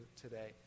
today